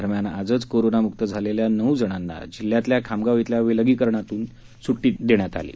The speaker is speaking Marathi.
दरम्यान आजच कोरोनामूक्त झालेल्या नऊ जणांना जिल्हयातल्या खामगाव इथल्या विलगीकरण कक्षातून स्ट्टी दिली आहे